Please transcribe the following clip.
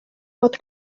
pot